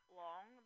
long